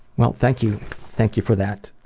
well, thank you thank you for that,